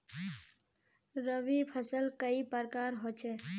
रवि फसल कई प्रकार होचे?